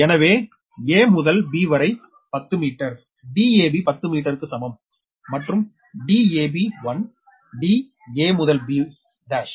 எனவே a முதல் b வரை 10 மீட்டர் dab 10 மீட்டருக்கு சமம் மற்றும் dab1d a முதல் b டாஷ்